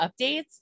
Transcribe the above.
updates